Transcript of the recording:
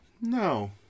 No